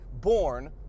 born